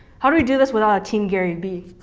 how do i do this without a team gary bee?